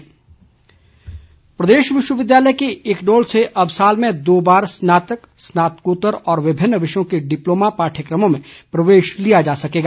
इक्डोल प्रदेश विश्वविद्यालय के इक्डोल से अब साल में दो बार स्नात्तक स्नात्कोत्तर विभिन्न विषयों के डिप्लोमा पाठयक्रमो ं में प्रवेश लिया जा सकेगा